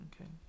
Okay